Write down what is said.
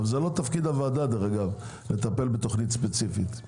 אבל זה לא תפקיד הוועדה לטפל בתוכנית ספציפית.